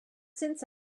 since